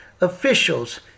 officials